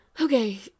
Okay